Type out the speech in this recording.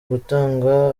gutanga